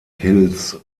hills